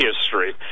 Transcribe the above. history